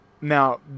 Now